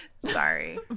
sorry